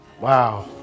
Wow